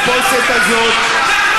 פעם אחת התחפושת הזאת,